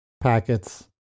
packets